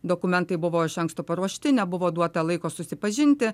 dokumentai buvo iš anksto paruošti nebuvo duota laiko susipažinti